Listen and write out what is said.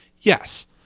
Yes